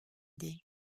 idée